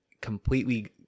completely